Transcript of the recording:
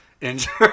injured